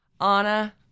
Anna